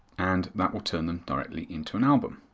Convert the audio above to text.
and that will turn them directly into an album.